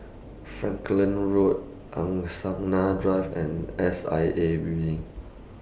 Falkland Road Angsana Drive and S I A Building